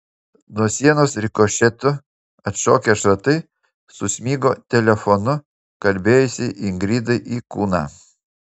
nuo sienos rikošetu atšokę šratai susmigo telefonu kalbėjusiai ingridai į kūną